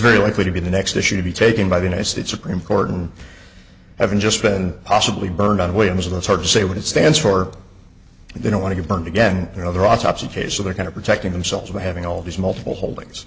very likely to be the next issue to be taken by the united states supreme court and haven't just been possibly burned on williams and that's hard to say what it stands for they don't want to burn again another autopsy case so they're kind of protecting themselves by having all these multiple holdings